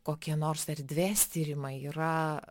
kokie nors erdvės tyrimai yra